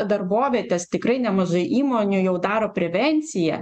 darbovietės tikrai nemažai įmonių jau daro prevenciją